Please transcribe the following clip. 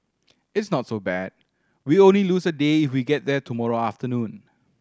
it's not so bad we only lose a day if we get there tomorrow afternoon